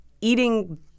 eating